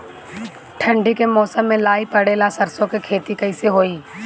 ठंडी के मौसम में लाई पड़े ला सरसो के खेती कइसे होई?